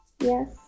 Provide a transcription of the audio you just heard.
Yes